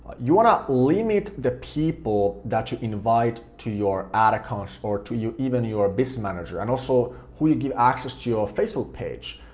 you want to limit the people that you invite to your ad accounts or to even your business manager and also who you give access to your facebook page,